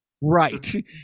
Right